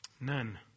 None